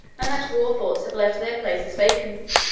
and that war-thoughts have left their places vacant,